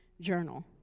journal